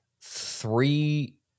three